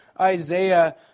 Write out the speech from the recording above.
Isaiah